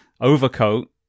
overcoat